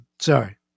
Sorry